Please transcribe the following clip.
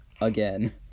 Again